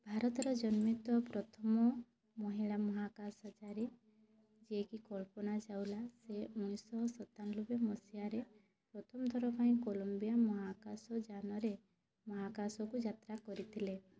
ଭାରତରେ ଜନ୍ମିତ ପ୍ରଥମ ମହିଳା ମହାକାଶଚାରୀ ଯିଏ କି କଳ୍ପନା ଚାୱଲା ସିଏ ଉଣେଇଶହ ସତାନବେ ମସିହାରେ ପ୍ରଥମ ଥର ପାଇଁ କଲୋମ୍ବିଆ ମହାକାଶ ଯାନରେ ମହାକାଶକୁ ଯାତ୍ରା କରିଥିଲେ